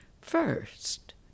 First